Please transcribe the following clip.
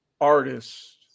artists